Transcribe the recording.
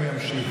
אני עניתי.